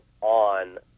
on